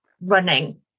running